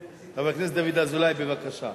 הצעה לסדר-היום מס'